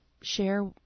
share